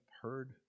heard